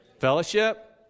Fellowship